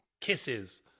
kisses